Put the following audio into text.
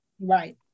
Right